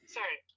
Sorry